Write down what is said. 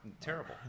terrible